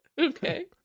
okay